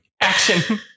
action